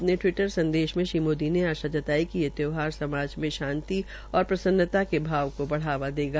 अपने टिवीटर संदेश में श्री मोदी ने आशा जताई कि ये त्यौहार समाज में शांति ओर प्रसन्ना के भाव को बढ़ावा देगा